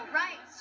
right